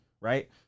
right